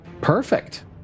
Perfect